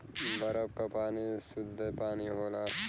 बरफ क पानी सुद्ध पानी होला